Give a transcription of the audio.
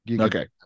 Okay